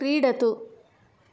क्रीडतु